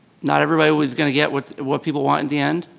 not everybody's gonna get what what people want in the end,